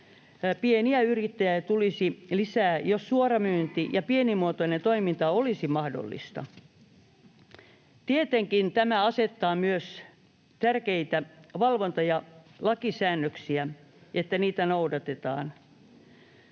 pieniä yrittäjiä tulisi lisää, jos suoramyynti ja pienimuotoinen toiminta olisi mahdollista. Tietenkin tämä asettaa myös vaatimuksia sille, että tärkeitä valvonta- ja lakisäännöksiä noudatetaan,